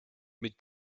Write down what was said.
mit